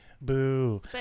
Boo